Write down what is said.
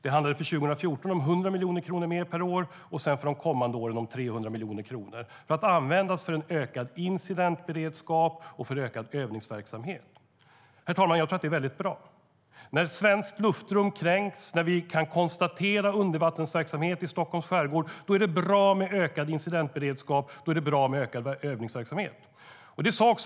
Det handlade för 2014 om 100 miljoner kronor mer per år och för de kommande åren 300 miljoner kronor. De skulle användas för ökad incidentberedskap och för ökad övningsverksamhet. Herr talman! Jag tycker att det är mycket bra. När svenskt luftrum kränks och när vi kan konstatera undervattensverksamhet i Stockholms skärgård är det bra med ökad incidentberedskap och ökad övningsverksamhet.